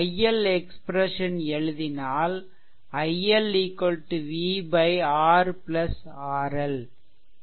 iL expression எழுதினால் iL v RRL